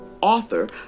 author